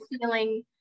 feeling